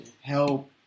help